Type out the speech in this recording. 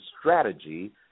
strategy